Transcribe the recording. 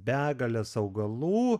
begales augalų